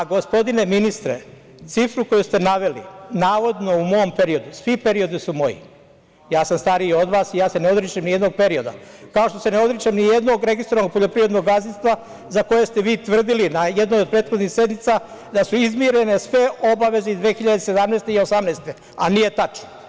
Gospodine ministre, cifru koju ste naveli navodno u mom periodu, svi periodi su moji, stariji sam od vas i ja se ne odričem nijednog perioda, kao što se ne odričem nijednog registrovanog poljoprivrednog gazdinstva za koje ste vi tvrdili na jednoj od prethodnih sednica da su izmirene sve obaveze iz 2017. i 2018, a nije tačno.